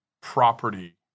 property